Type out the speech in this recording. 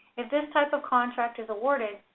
if this type of contract is awarded,